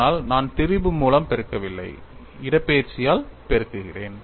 ஆனால் நான் திரிபு மூலம் பெருக்கவில்லை இடப்பெயர்ச்சியால் பெருக்குகிறேன்